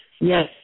Yes